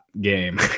game